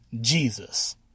Jesus